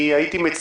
אני הייתי מציע